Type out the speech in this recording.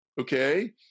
okay